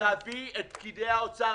להביא את פקידי האוצר,